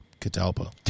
Catalpa